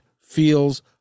feels